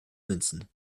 münzen